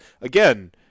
again